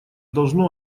должно